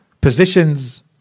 positions